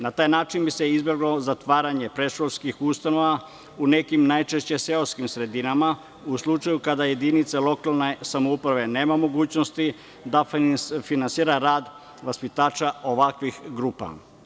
Na taj način bi se izbeglo zatvaranje predškolskih ustanova, u nekim najčešće seoskim sredinama, a u slučaju kada jedinica lokalne samouprave nema mogućnosti da finansira rad vaspitača ovakvih grupa.